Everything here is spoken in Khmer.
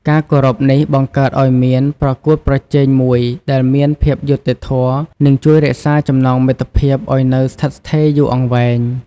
ការគោរពនេះបង្កើតឲ្យមានប្រកួតប្រជែងមួយដែលមានភាពយុត្តិធម៌ និងជួយរក្សាចំណងមិត្តភាពឱ្យនៅស្ថិតស្ថេរយូរអង្វែង។